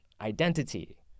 identity